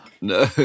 No